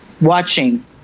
watching